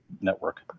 network